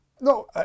No